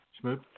Smooth